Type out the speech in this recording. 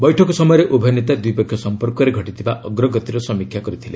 ବୈଠକ ସମୟରେ ଉଭୟ ନେତା ଦ୍ୱିପକ୍ଷୀୟ ସଂପର୍କରେ ଘଟିଥିବା ଅଗ୍ରଗତିର ସମୀକ୍ଷା କରିଥିଲେ